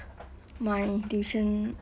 my tuition